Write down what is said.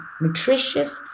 nutritious